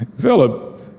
Philip